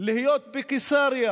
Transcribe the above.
להיות בקיסריה